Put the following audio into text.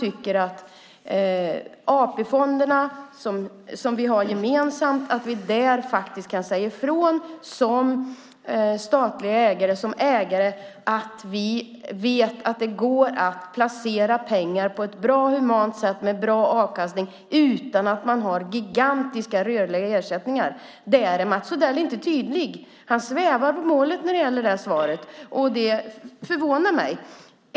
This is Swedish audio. Tycker han att vi som ägare kan säga ifrån om AP-fonderna, som vi har gemensamt, att vi vet att det går att placera pengar på ett bra och humant sätt med bra avkastning utan att man har gigantiska rörliga ersättningar? Där är Mats Odell inte tydlig. Han svävar på målet när det gäller det svaret, och det förvånar mig.